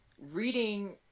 reading